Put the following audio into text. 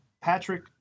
Patrick